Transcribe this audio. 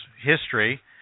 history